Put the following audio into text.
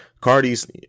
Cardi's